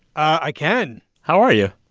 i can how are you?